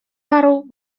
parą